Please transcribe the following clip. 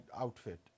outfit